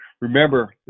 remember